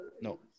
No